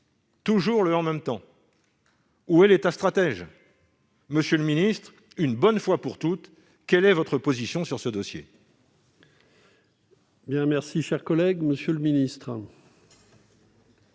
toujours le « en même temps »! Où est l'État stratège ? Monsieur le ministre, une bonne fois pour toutes, quelle est votre position sur ce dossier ?